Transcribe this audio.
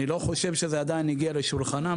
אני לא חושב שזה הגיע לשולחנם,